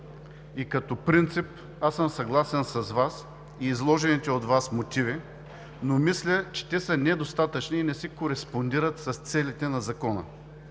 и като принцип съм съгласен с Вас и с изложените от Вас мотиви, но мисля, че те са недостатъчни и не си кореспондират с целите на Закона.